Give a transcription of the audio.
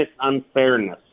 unfairness